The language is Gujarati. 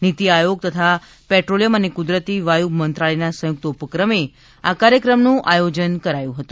નીતિ આયોગ તથા પેટ્રોલિયમ અને કુદરતી વાયુ મંત્રાલયના સંયુક્ત ઉપક્રમે આ કાર્યક્રમનું આયોજન કરાયું હતું